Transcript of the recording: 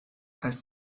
als